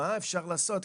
מה אפשר לעשות?